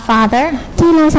Father